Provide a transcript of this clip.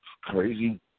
crazy